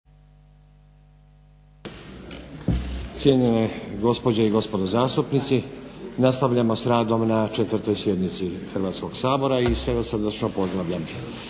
Cijenjene gospođe i gospodo zastupnici, nastavljamo s radom na 4. sjednici Hrvatskoga sabora i sve vas srdačno pozdravljam.